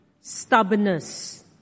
stubbornness